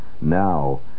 now